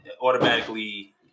automatically